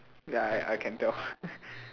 ya I I can tell